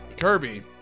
Kirby